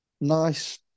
nice